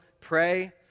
pray